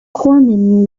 corman